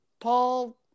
Paul